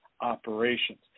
operations